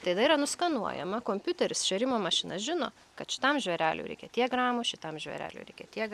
tada yra nuskenuojama kompiuteris šėrimo mašina žino kad šitam žvėreliui reikia tiek gramų šitam žvėreliui reikia tiek